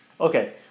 Okay